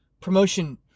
promotion